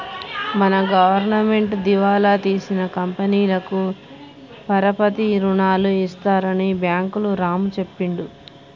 మన గవర్నమెంటు దివాలా తీసిన కంపెనీలకు పరపతి రుణాలు ఇస్తారని బ్యాంకులు రాము చెప్పిండు